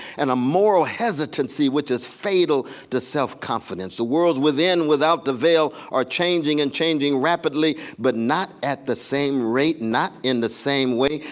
and a moral hesitancy which is fatal to self-confidence. the worlds within, without the veil are changing and changing rapidly, but not at the same rate, not in the same way.